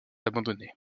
abandonné